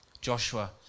Joshua